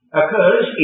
occurs